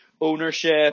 ownership